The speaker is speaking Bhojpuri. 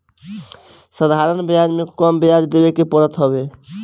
साधारण बियाज में कम बियाज देवे के पड़त हवे